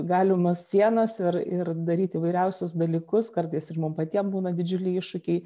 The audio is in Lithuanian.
galimas sienas ir ir daryt įvairiausius dalykus kartais ir mum patiem būna didžiuliai iššūkiai